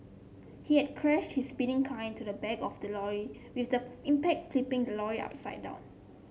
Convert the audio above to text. he had crashed his speeding kind to the back of the lorry with the impact flipping the lorry upside down